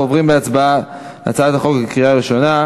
אנחנו עוברים להצבעה, הצעת החוק בקריאה ראשונה.